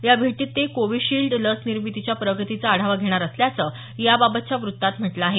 या भेटीत ते कोविशिल्ड लस निर्मितीच्या प्रगतीचा आढावा घेणार असल्याचं याबाबतच्या वत्तात म्हटल आहे